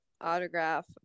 autograph